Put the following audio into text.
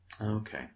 Okay